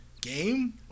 game